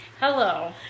Hello